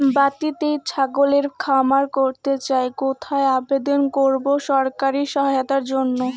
বাতিতেই ছাগলের খামার করতে চাই কোথায় আবেদন করব সরকারি সহায়তার জন্য?